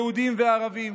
יהודים וערבים,